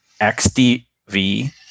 XDV